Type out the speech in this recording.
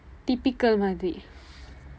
typical மாதிரி:maathiri